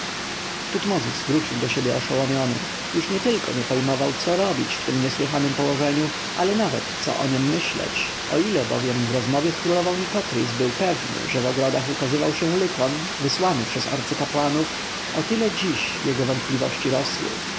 tutmozis wrócił do siebie oszołomiony już nietylko nie pojmował co robić w tem niesłychanem położeniu ale nawet co o niem myśleć o ile bowiem w rozmowie z królową nikotris był pewny że w ogrodach ukazywał się lykon wysłany przez arcykapłanów o tyle dziś jego wątpliwości rosły